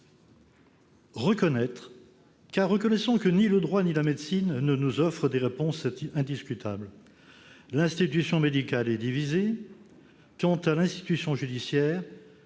Reconnaître, car reconnaissons que ni le droit ni la médecine ne nous offrent des réponses indiscutables. L'institution médicale est divisée. Quant à l'institution judiciaire,